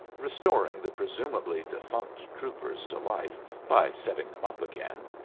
restoring the presumably defunct troopers to life by setting them up again.